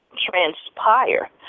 transpire